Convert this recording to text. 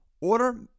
Order